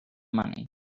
money